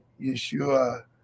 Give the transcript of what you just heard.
Yeshua